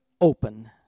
open